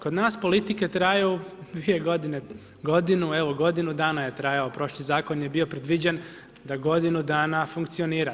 Kod na politike traju dvije godine, godinu, evo godinu dana je trajao prošli zakon je bio predviđen da godinu dana funkcionira.